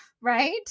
Right